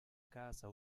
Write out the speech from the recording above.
casa